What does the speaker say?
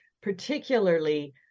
particularly